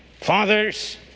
fathers